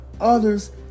others